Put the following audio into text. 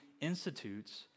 institutes